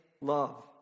love